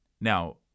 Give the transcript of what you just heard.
now